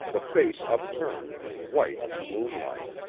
the face upturned and white in the moonlight!